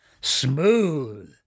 smooth